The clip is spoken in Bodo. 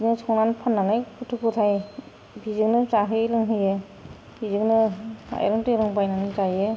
बिदिनो संनानै फाननानै गथ' गथाइ बेजोंनो जाहोयो लोंहोयो बेजोंनो माइरं दैरं बायनानै जायो